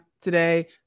today